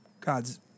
God's